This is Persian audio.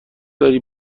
داری